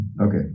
Okay